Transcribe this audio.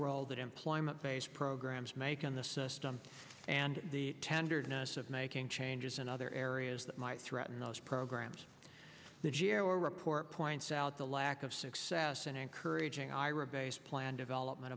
that employment based programs make in the system and the tenderness of making changes in other areas that might threaten those programs the g a o report points out the lack of success in encouraging ira based plan development